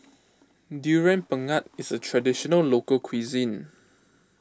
Durian Pengat is a Traditional Local Cuisine